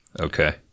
Okay